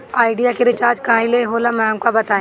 Idea के recharge कईसे होला हमका बताई?